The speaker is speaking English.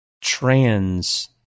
trans